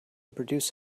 produce